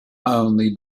only